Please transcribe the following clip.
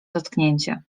dotknięcie